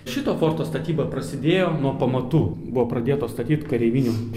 šito forto statyba prasidėjo nuo pamatų buvo pradėtos statyt kareivinių